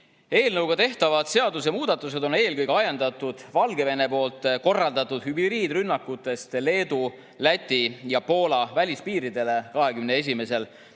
Eelnõuga tehtavad seadusemuudatused on eelkõige ajendatud Valgevene korraldatud hübriidrünnakutest Leedu, Läti ja Poola välispiirile 2021. aastal,